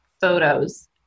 photos